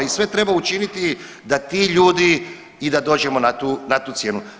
I sve treba učiniti da ti ljudi i da dođemo na tu cijenu.